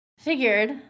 Figured